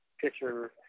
picture